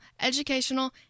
educational